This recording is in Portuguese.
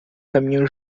caminham